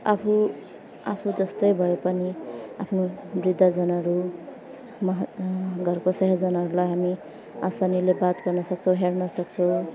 आफू आफू जस्तै भए पनि आफ्नो वृद्धजनहरू महा घरको स्वजनहरूलाई हामी आसानीले बात गर्न सक्छौँ हेर्नसक्छौँ